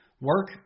work